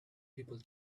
people